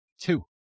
two